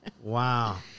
Wow